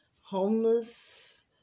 homeless